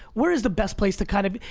where is the best place to kind of,